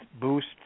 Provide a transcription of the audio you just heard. boost